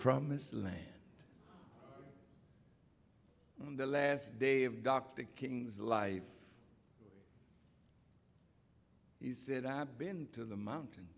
promised land on the last day of dr king's life he said i've been to the mountain